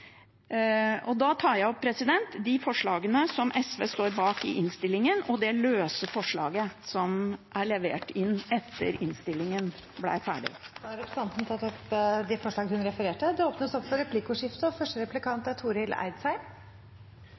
Da tar jeg opp de forslagene SV står bak i innstillingen, og det løse forslaget som er levert inn etter at innstillingen ble ferdig. Representanten Karin Andersen har tatt opp de forslagene hun refererte til. Det blir replikkordskifte. SV seier i merknadene sine at regjeringa ikkje har forbetra bustøtta sidan 2013. Det er